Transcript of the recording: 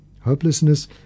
Hopelessness